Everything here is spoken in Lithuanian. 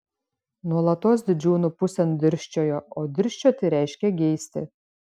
nuolatos didžiūnų pusėn dirsčiojo o dirsčioti reiškia geisti